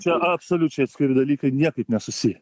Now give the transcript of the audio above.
čia absoliučiai atskiri dalykai niekaip nesusiję